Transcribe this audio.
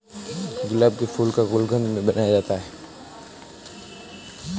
गुलाब के फूल का गुलकंद भी बनाया जाता है